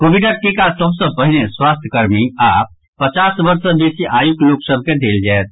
कोविडक टीका सभ सॅ पहिने स्वास्थ्य कर्मी आ पचास वर्ष सॅ बेसी आयुक लोकसभ के देल जायत